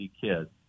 kids